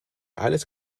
alles